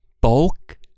bulk